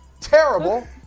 Terrible